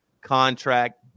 contract